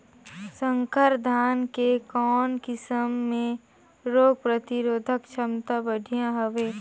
संकर धान के कौन किसम मे रोग प्रतिरोधक क्षमता बढ़िया हवे?